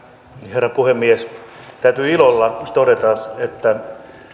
herra puhemies täytyy ilolla todeta että